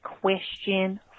question